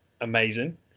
amazing